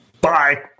Bye